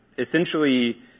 essentially